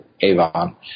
Avon